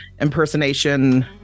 impersonation